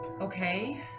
okay